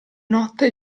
notte